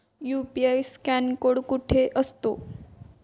UPI scan code कुठे असतो?